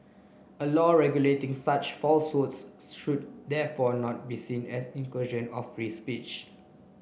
a law regulating such falsehoods should therefore not be seen as incursion of free speech